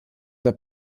der